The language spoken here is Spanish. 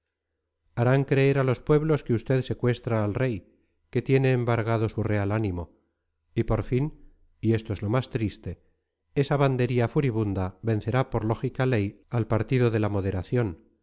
harán creer a los pueblos que usted secuestra al rey que tiene embargado su real ánimo y por fin y esto es lo más triste esa bandería furibunda vencerá por lógica ley al partido de la moderación